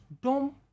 dumb